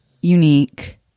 unique